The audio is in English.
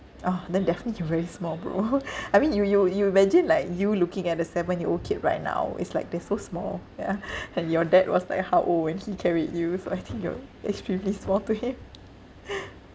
orh then definitely you very small bro I mean you you you imagine like you looking at a seven year old kid right now it's like they're so small yeah and your dad was like how old when he carried you so I think you're extremely small to him